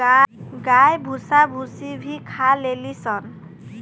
गाय भूसा भूसी भी खा लेली सन